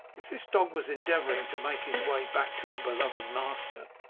if this dog was endeavouring to make his way back to a beloved master,